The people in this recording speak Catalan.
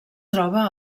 troba